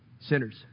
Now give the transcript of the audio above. sinners